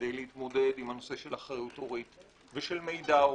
כדי להתמודד עם הנושא של אחריות הורית ושל מידע הורי.